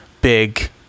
big